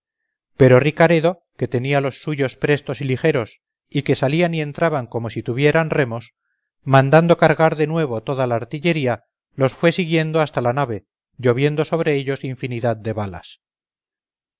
pero ricaredo que tenía los suyos prestos y ligeros y que salían y entraban como si tuvieran remos mandando cargar de nuevo toda la artillería los fue siguiendo hasta la nave lloviendo sobre ellos infinidad de balas